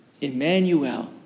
Emmanuel